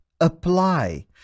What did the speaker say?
apply